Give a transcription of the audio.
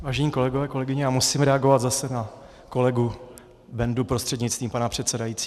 Vážení kolegové, kolegyně, já musím reagovat zase na kolegu Bendu prostřednictvím pana předsedajícího.